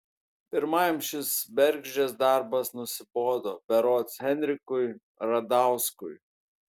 pirmajam šis bergždžias darbas nusibodo berods henrikui radauskui